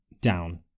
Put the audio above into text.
down